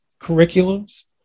curriculums